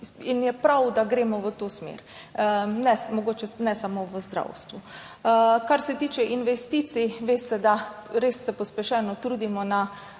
je, da gremo v to smer, mogoče ne samo v zdravstvu. Kar se tiče investicij, veste, da se res pospešeno trudimo na